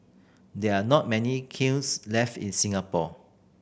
there are not many kilns left in Singapore